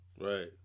Right